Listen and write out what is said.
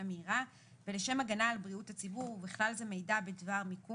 מהירה ולשם הגנה על בריאות הציבור ובכלל זה מידע בדבר מיקום